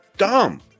dumb